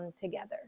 together